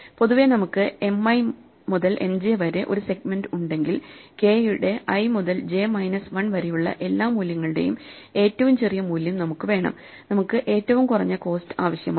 പൊതുവേ നമുക്ക് M i മുതൽ M j വരെ ഒരു സെഗ്മെന്റ് ഉണ്ടെങ്കിൽ k യുടെ i മുതൽ j മൈനസ് 1 വരെയുള്ള എല്ലാ മൂല്യങ്ങളുടെയും ഏറ്റവും ചെറിയ മൂല്യം നമുക്ക് വേണം നമുക്ക് ഏറ്റവും കുറഞ്ഞ കോസ്റ്റ് ആവശ്യമാണ്